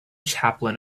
chaplin